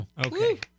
Okay